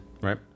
Right